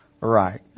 Right